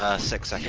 ah six ah yeah